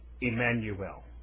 Emmanuel